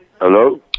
Hello